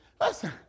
listen